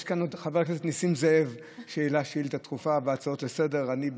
יש כאן את חבר הכנסת ניסים זאב שהעלה שאילתה דחופה והצעות לסדר-היום.